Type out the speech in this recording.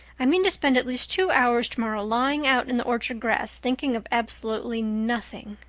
i mean to spend at least two hours tomorrow lying out in the orchard grass, thinking of absolutely nothing.